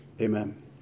Amen